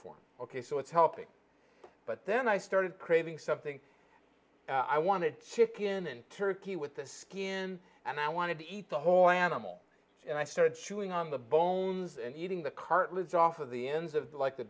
form ok so it's helping but then i started craving something i wanted to chicken and turkey with the skin and i wanted to eat the whole animal and i started chewing on the bones and eating the cartilage off of the ends of like a